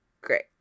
Great